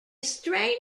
strange